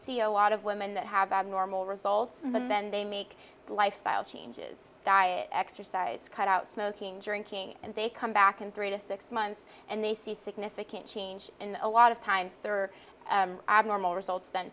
see a lot of women that have abnormal results but then they make lifestyle changes diet exercise cut out smoking drinking and they come back in three to six months and they see significant change in a lot of times that are abnormal results then